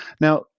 Now